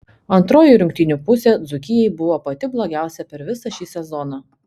antroji rungtynių pusė dzūkijai buvo pati blogiausia per visą šį sezoną